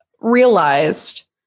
realized